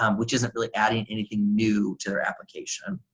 um which isn't really adding anything new to their application.